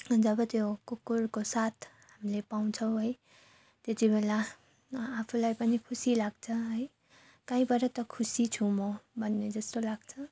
जब त्यो कुकुरको साथ हामीले पाउँछौँ है त्यो चाहिँ बेला आफूलाई पनि खुसी लाग्छ है काहीँबाट त खुसी छु म भन्ने जस्तो लाग्छ